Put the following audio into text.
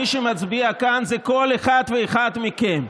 מי שמצביע כאן זה כל אחד ואחד מכם.